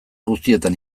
guztietan